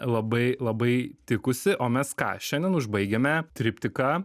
labai labai tikusi o mes ką šiandien užbaigiame triptiką